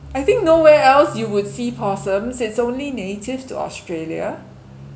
I think nowhere else you would see possums it's only native to australia